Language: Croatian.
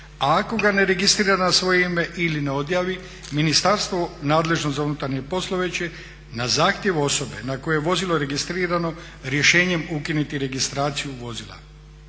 a ako ga ne registrira na svoje ime ili ne odjavi ministarstvo nadležno za unutarnje poslove će na zahtjev osobe na koju je vozilo registrirano rješenjem ukinuti registraciju vozila.